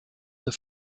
der